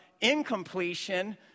incompletion